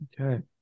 Okay